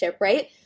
right